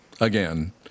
again